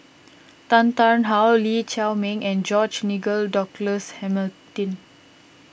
Tan Tarn How Lee Chiaw Meng and George Nigel Douglas Hamilton